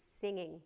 singing